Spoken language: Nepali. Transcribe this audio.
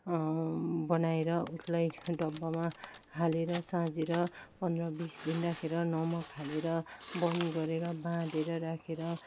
बनाएर उसलाई डब्बामा हालेर साझेर पन्ध्र बिस दिन राखेर नमक हालेर बन्द गरेर बाँधेर राखेर